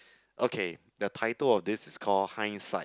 okay the title of this is call hindsight